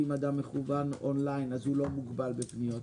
אם אדם מקוון אונליין אז הוא לא מוגבל בפניות,